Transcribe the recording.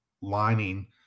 lining